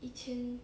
一千